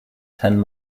ten